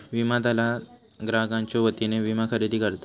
विमा दलाल ग्राहकांच्यो वतीने विमा खरेदी करतत